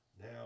Now